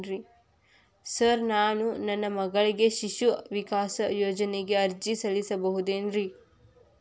Sir ನಾನು ನನ್ನ ಮಗಳಿಗೆ ಶಿಶು ವಿಕಾಸ್ ಯೋಜನೆಗೆ ಅರ್ಜಿ ಸಲ್ಲಿಸಬಹುದೇನ್ರಿ?